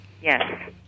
Yes